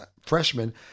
freshman